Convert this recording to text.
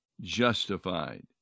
justified